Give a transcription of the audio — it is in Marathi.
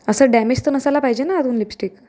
असं डॅमेज तर नसायला पाहिजे ना आतून लिपस्टिक